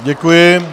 Děkuji.